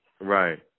Right